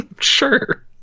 Sure